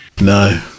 No